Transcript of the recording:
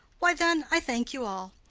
why then, i thank you all.